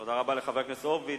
תודה רבה לחבר הכנסת הורוביץ.